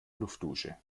luftdusche